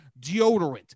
deodorant